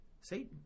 Satan